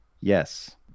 Yes